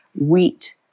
wheat